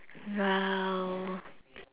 !wow!